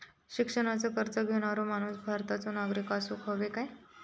शिक्षणाचो कर्ज घेणारो माणूस भारताचो नागरिक असूक हवो काय?